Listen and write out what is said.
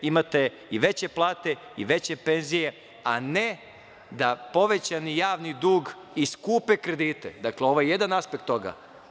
Imate i veće plate, veće penzije, a ne da povećani javni dug i skupe kredite, dakle, ovo je jedan aspekt toga.